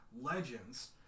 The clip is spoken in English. legends